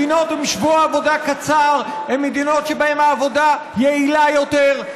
מדינות עם שבוע עבודה קצר הן מדינות שבהן העבודה יעילה יותר,